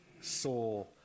soul